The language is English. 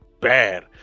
bad